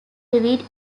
tweed